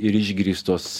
ir išgrįstos